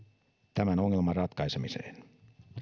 tämän ongelman ratkaisemiseen